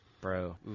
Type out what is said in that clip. bro